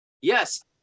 Yes